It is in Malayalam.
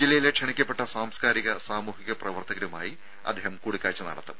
ജില്ലയിലെ ക്ഷണിക്കപ്പെട്ട സാംസ്കാരിക സാമൂഹിക പ്രവർത്തകരുമായി അദ്ദേഹം കൂടിക്കാഴ്ച്ച നടത്തും